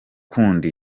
abantu